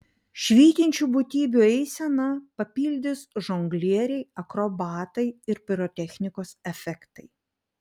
švytinčių būtybių eiseną papildys žonglieriai akrobatai ir pirotechnikos efektai